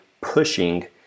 pushing